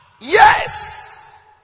Yes